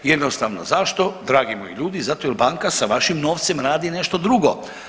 Jednostavno zašto dragi moji ljudi zato jer banka sa vašim novcem radi nešto drugo.